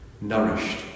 nourished